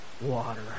water